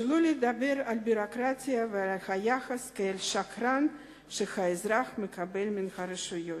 שלא לדבר על הביורוקרטיה והיחס כאל שקרן שהאזרח מקבל מהרשויות.